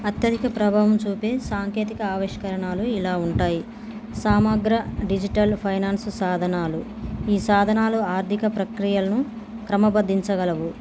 అత్యధిక ప్రభావం చూపే సాంకేతిక ఆవిష్కరణలు ఇలా ఉంటాయి సమాగ్ర డిజిటల్ ఫైనాన్స్ సాధనాలు ఈ సాధనాలు ఆర్థిక ప్రక్రియను క్రమబద్ధీకరించగలవు